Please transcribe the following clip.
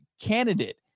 candidate